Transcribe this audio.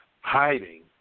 hiding